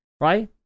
right